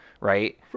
right